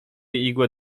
igłę